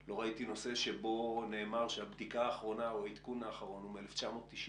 לא ראיתי נושא שבו נאמר שהבדיקה האחרונה או העדכון האחרון הוא מ-1998.